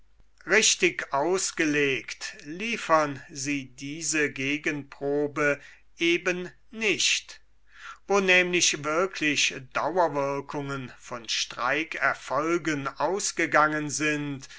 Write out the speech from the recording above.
richtig ausgelegt liefern sie diese gegenprobe eben nicht wo nämlich wirklich dauerwirkungen von streikerfolgen ausgegangen sind